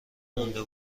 مونده